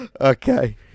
okay